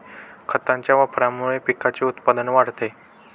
खतांच्या वापरामुळे पिकाचे उत्पादन वाढते